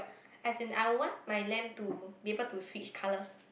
as in I will want my lamp to be able to switch colours